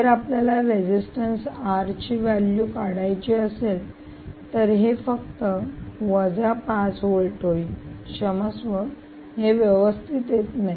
जर आपल्याला resistance R ची व्हॅल्यू काढायची असेल तर हे फक्त वजा 5 व्होल्ट होईल क्षमस्व हे व्यवस्थित येत नाही